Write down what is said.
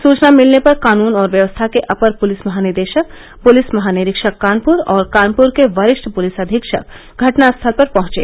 सूचना मिलने पर कानून और व्यवस्था के अपर पुलिस महानिदेशक पुलिस महानिरीक्षक कानपुर और कानपुर के वरिष्ठ पुलिस अधीक्षक घटनास्थल पर पहुंचे